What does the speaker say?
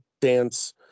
dance